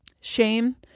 Shame